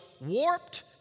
warped